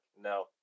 No